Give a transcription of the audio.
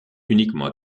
uniquement